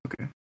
Okay